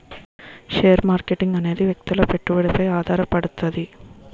share marketing అనేది వ్యక్తుల పెట్టుబడిపై ఆధారపడుతది